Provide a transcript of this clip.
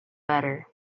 better